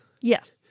Yes